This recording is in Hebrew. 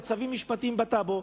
יש מצבים משפטיים בטאבו,